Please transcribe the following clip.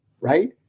right